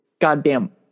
goddamn